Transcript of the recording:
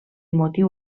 motiu